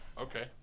okay